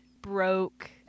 broke